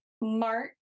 Mark